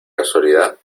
casualidad